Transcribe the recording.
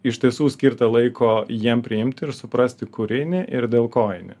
iš tiesų skirta laiko jiems priimti ir suprasti kur eini ir dėl ko eini